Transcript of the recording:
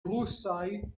rusaj